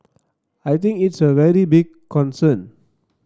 I think it's a very big concern